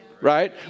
Right